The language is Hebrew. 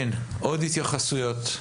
עוד התייחסויות.